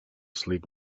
sleep